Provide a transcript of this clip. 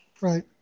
Right